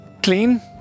clean